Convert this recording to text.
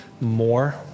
more